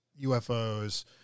UFOs